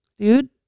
Dude